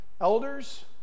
Elders